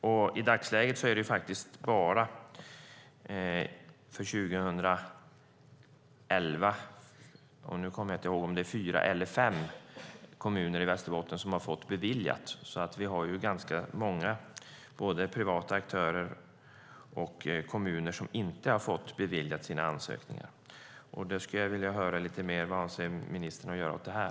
För år 2011 är det fyra eller fem - jag minns inte riktigt - kommuner i Västerbotten som fått sina ansökningar beviljade, så vi har nu ganska många privata aktörer och även kommuner som inte fått sina ansökningar beviljade. Vad avser ministern att göra åt detta?